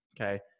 Okay